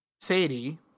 Sadie